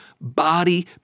body